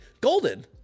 Golden